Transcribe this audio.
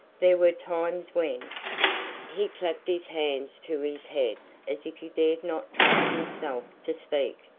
there were times when he clapped his hands to his head as if he dared not trust himself to speak,